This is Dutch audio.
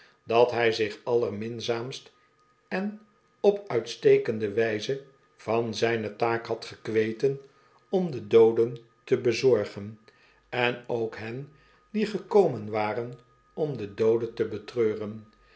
dat hij zich allerminzaamst en op uitstekende wijze van zijne taak had gekweten om de dooden te bezorgen en ook hen die gekomen waren om de dooden te betreuren